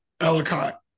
Ellicott